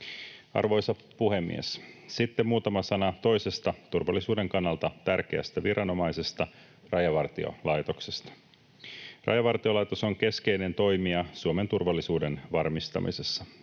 Arvoisa puhemies! Sitten muutama sana toisesta turvallisuuden kannalta tärkeästä viranomaisesta, Rajavartiolaitoksesta. Rajavartiolaitos on keskeinen toimija Suomen turvallisuuden varmistamisessa.